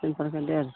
सिंपलके डेढ़ सए